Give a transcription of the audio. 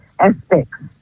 Aspects